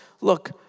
Look